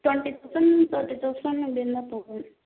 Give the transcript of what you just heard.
twenty thousand thirty thousand அப்படி இருந்தால் போதும்